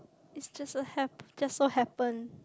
it's just a hap~ just so happen